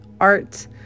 art